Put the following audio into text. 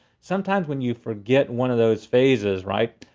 sometimes when you forget one of those phases, right,